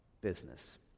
business